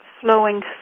flowing